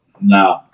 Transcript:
No